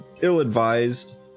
ill-advised